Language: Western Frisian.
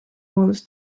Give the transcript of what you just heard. wolris